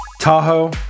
Tahoe